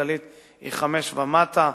החברתית-כלכלית היא 5 ומטה.